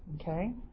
okay